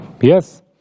Yes